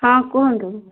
ହଁ କୁହନ୍ତୁ